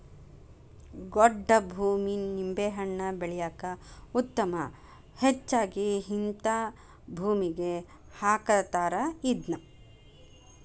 ಗೊಡ್ಡ ಭೂಮಿ ನಿಂಬೆಹಣ್ಣ ಬೆಳ್ಯಾಕ ಉತ್ತಮ ಹೆಚ್ಚಾಗಿ ಹಿಂತಾ ಭೂಮಿಗೆ ಹಾಕತಾರ ಇದ್ನಾ